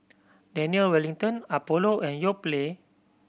Daniel Wellington Apollo and Yoplait